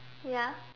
ya